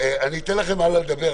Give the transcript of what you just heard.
אתן לכם לדבר הלאה,